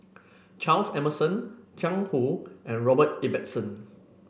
Charles Emmerson Jiang Hu and Robert Ibbetson